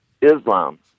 Islam